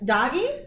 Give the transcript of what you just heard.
Doggy